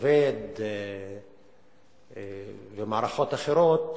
כבד ומערכות אחרות,